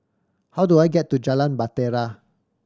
how do I get to Jalan Bahtera